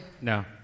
No